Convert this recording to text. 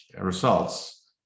results